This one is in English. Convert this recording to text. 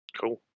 Cool